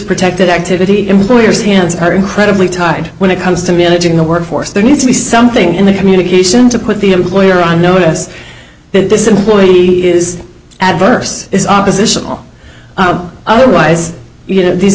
protected activity employers hands are incredibly tied when it comes to managing the workforce there needs to be something in the communication to put the employer on notice that this employee is adverse is oppositional otherwise you know these